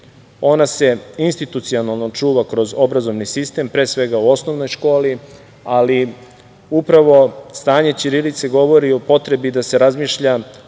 Ona se institucionalno čuva kroz obrazovni sistem, pre svega u osnovnoj školi, ali upravo stanje ćirilice govori o potrebi da se razmišlja